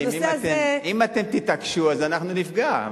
אז בנושא הזה, אם אתם תתעקשו אז אנחנו נפגע.